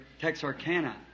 Texarkana